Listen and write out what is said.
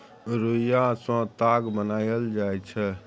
रुइया सँ ताग बनाएल जाइ छै